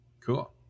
cool